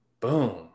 Boom